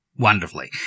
Wonderfully